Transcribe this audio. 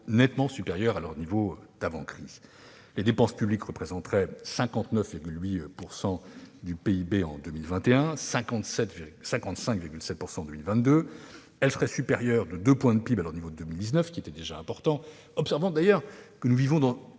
nettement supérieur à celui d'avant la crise. Les dépenses publiques représenteraient 59,8 % du PIB en 2021 et 55,7 % en 2022 ; elles seraient ainsi supérieures de près de 2 points de PIB à leur niveau de 2019, qui était déjà important. Observons d'ailleurs que nous vivons depuis